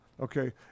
okay